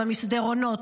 במסדרונות,